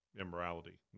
immorality